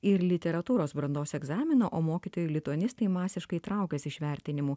ir literatūros brandos egzaminą o mokytojai lituanistai masiškai traukiasi iš vertinimų